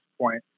point